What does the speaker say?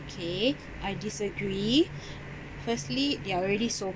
okay I disagree firstly they're already so